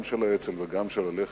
גם באצ"ל וגם בלח"י,